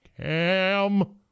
Cam